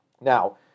Now